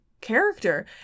character